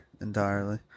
entirely